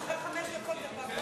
אבל אני לא רוצה בשלב זה.